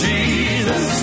Jesus